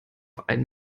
ein